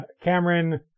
Cameron